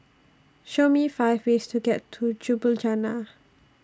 Show Me five ways to get to Ljubljana